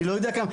אני לא יודע כמה,